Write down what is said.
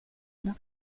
una